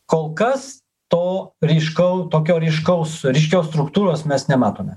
kol kas to ryškau tokio ryškaus ryškios struktūros mes nematome